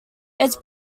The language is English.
its